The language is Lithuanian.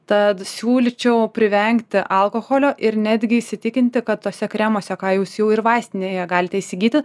tad siūlyčiau privengti alkoholio ir netgi įsitikinti kad tuose kremuose ką jūs jau ir vaistinėje galite įsigyti